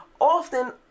Often